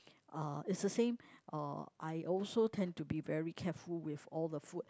uh it's a same uh I also tend to be very careful with all the food